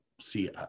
see